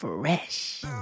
Fresh